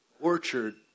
orchard